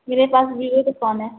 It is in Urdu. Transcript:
میرے پاس ویوو کا فون ہے